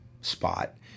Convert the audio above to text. spot